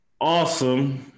Awesome